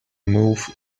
move